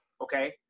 okay